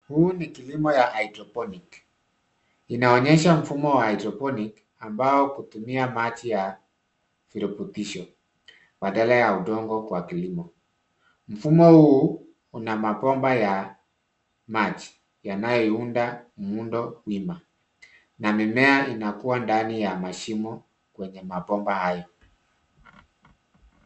Huu ni kilimo ya hydroponic . Inaonyesha mfumo wa hydroponic ambao hutumia maji ya virubutisho badala ya udongo kwa kilimo. Mfumo huu una mabomba ya maji yanayounda muundo wima na mimea inakua ndani ya mashimo kwenye mabomba hayo.